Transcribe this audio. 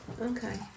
Okay